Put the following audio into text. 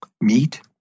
meat